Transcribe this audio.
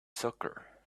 soccer